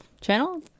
channel